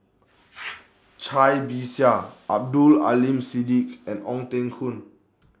Cai Bixia Abdul Aleem Siddique and Ong Teng Koon